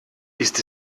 ist